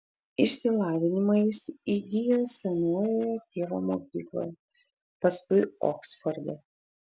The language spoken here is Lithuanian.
išsilavinimą jis įgijo senojoje tėvo mokykloje paskui oksforde